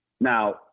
Now